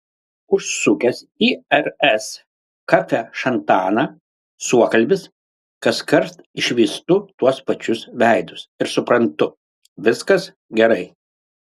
užsukęs į rs kafešantaną suokalbis kaskart išvystu tuos pačius veidus ir suprantu viskas gerai